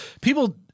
People